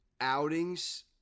outings